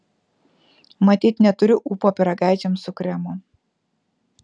matyt neturiu ūpo pyragaičiams su kremu